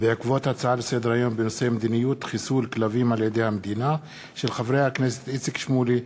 בעקבות דיון בהצעות לסדר-היום של חברי הכנסת איציק שמולי,